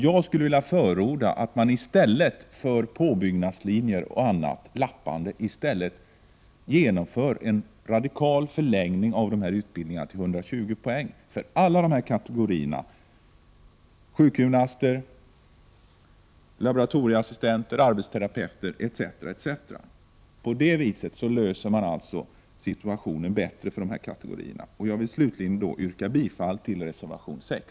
Jag förordar att man i stället för påbyggnadslinjer och annat genomför en radikal förlängning av dessa utbildningar, så att de omfattar 120 poäng. Detta gäller för kategorier som sjukgymnaster, laboratorieassistenter, arbetsterapeuter m.m. På det viset blir situationen bättre för dessa kategorier. Slutligen yrkar jag bifall till reservation 6.